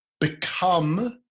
become